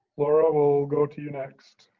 laura, we'll go to you next.